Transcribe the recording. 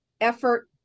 effort